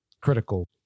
critical